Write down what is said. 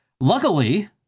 Luckily